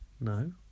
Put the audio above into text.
No